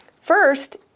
First